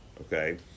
okay